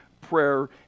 prayer